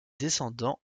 descendant